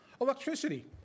Electricity